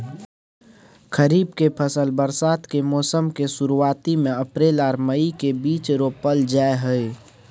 खरीफ के फसल बरसात के मौसम के शुरुआती में अप्रैल आर मई के बीच रोपल जाय हय